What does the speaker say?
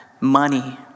money